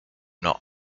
not